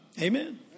Amen